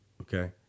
Okay